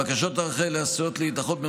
בקשות הארכה אלה עשויות להידחות,